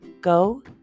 Go